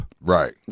right